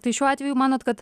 tai šiuo atveju manot kad